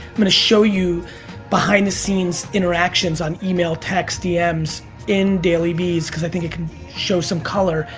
i'm gonna show you behind the scenes interactions on email, text, dm's, in daily vees cause i think it can show some color.